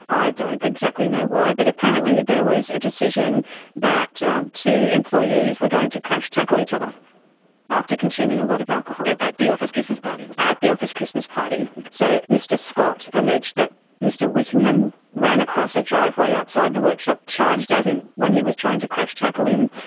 i don't exactly know why but apparently there was a decision that um two employees were going to crash-tackle each other after consuming a lot of alcohol. at the office christmas party? at the office christmas party. so mr scott alleged that mr whittingham ran across a driveway outside the workshop, charged at him when he was trying to crash-tackle him.